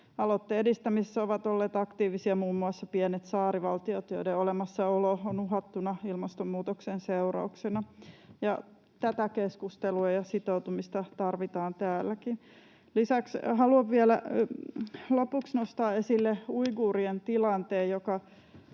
Aloitteiden edistämisessä ovat olleet aktiivisia muun muassa pienet saarivaltiot, joiden olemassaolo on uhattuna ilmastonmuutoksen seurauksena, ja tätä keskustelua ja sitoutumista tarvitaan täälläkin. Lisäksi haluan vielä lopuksi nostaa esille uiguurien tilanteen,